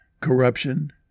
corruption